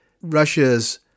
Russia's